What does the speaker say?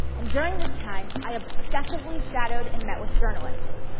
and during this time, i obsessively shadowed and met with journalists.